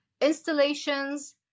installations